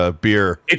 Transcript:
beer